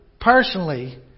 personally